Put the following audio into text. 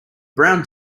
brown